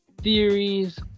Theories